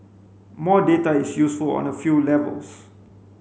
more data is useful on a few levels